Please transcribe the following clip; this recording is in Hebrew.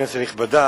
כנסת נכבדה,